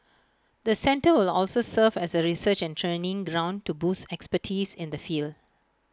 the centre will also serve as A research and training ground to boost expertise in the field